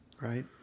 Right